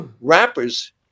rappers